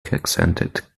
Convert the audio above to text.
accented